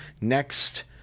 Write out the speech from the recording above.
next